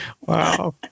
Wow